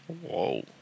Whoa